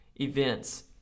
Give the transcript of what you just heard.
events